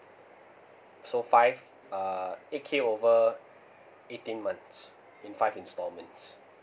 so five uh eight K over eighteen months in five installments